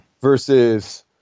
versus